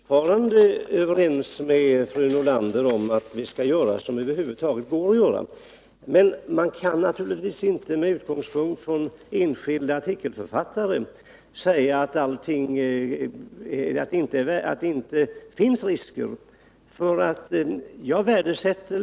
Herr talman! Jag är fortfarande överens med fru Nordlander om att vi skall göra vad som över huvud taget går att göra. Men man kan naturligtvis inte med utgångspunkt i en enskild artikelförfattares uttalanden säga att det inte finns några risker.